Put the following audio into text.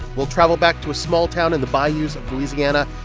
we'll travel back to a small town in the bayous of louisiana.